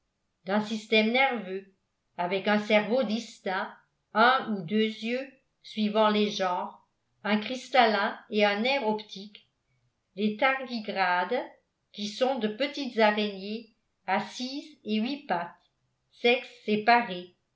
d'un système nerveux avec un cerveau distinct un ou deux yeux suivant les genres un cristallin et un nerf optique les tardigrades qui sont de petites araignées à six et huit pattes sexes séparés